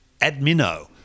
Admino